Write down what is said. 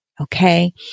okay